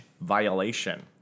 violation